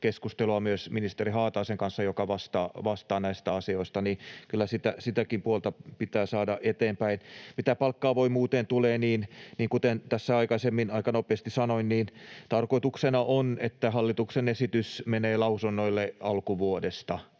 keskustelu myös ministeri Haataisen kanssa, joka vastaa näistä asioista. Kyllä sitäkin puolta pitää saada eteenpäin. Mitä palkka-avoimuuteen tulee, niin kuten tässä aikaisemmin aika nopeasti sanoin, tarkoituksena on, että hallituksen esitys menee lausunnoille alkuvuodesta.